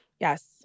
Yes